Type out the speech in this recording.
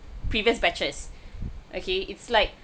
previous batches okay it's like